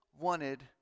wanted